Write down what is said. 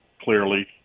clearly